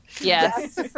Yes